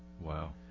Wow